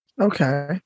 Okay